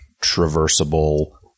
traversable